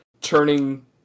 turning